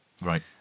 Right